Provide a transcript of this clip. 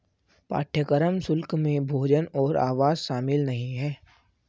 पाठ्यक्रम शुल्क में भोजन और आवास शामिल नहीं है